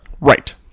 right